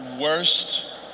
worst